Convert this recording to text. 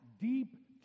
deep